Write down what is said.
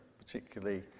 particularly